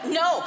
no